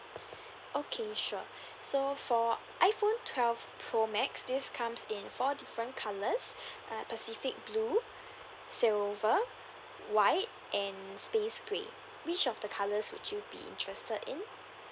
okay sure so for iphone twelve pro max this comes in four different colours uh pacific blue silver white and space grey which of the colours would you be interested in